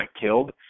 killed